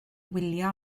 wylio